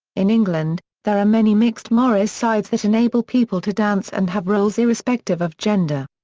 in england, there are many mixed morris sides that enable people to dance and have roles irrespective of gender.